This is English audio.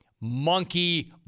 Monkey